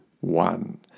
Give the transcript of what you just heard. one